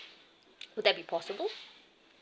would that be possible